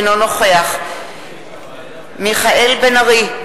אינו נוכח מיכאל בן-ארי,